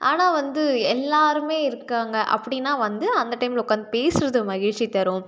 ஆனால் வந்து எல்லோருமே இருக்காங்க அப்படின்னா வந்து அந்த டைமில் உட்காந்து பேசுகிறது மகிழ்ச்சி தரும்